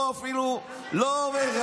אפילו לא עומד.